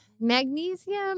Magnesium